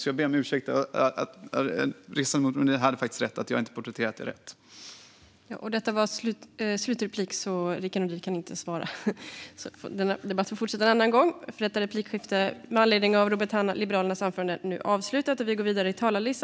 Men jag ber om ursäkt; riksdagsledamoten har rätt i att jag inte porträtterade det hela på ett riktigt sätt.